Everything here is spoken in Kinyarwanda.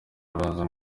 abanza